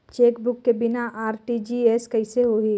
Chequebook के बिना RTGS कइसे होही?